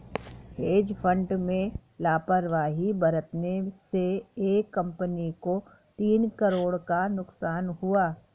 hedge fund में लापरवाही बरतने से एक कंपनी को तीन करोड़ का नुकसान हुआ